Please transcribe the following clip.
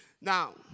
Now